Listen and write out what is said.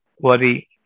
worry